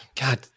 God